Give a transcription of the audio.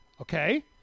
Okay